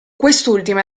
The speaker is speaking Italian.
quest’ultima